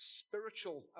spiritual